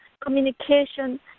communication